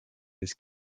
his